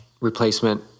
replacement